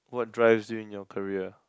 what drives you in your career